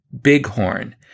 bighorn